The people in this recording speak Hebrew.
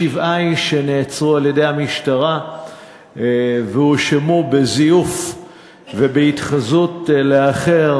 על שבעה איש שנעצרו על-ידי המשטרה והואשמו בזיוף ובהתחזות לאחר.